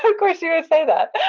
so course you would say that.